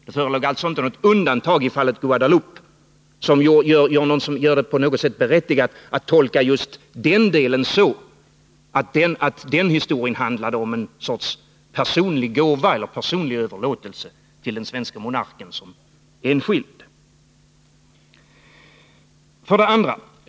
Det förelåg alltså inget undantag i fallet Guadeloupe som gör det på något sätt berättigat att tolka just den delen av avtalet så att det här handlade om någon sorts personlig gåva eller överlåtelse till den svenske monarken som enskild person. 2.